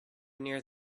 near